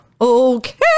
Okay